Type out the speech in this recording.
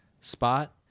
spot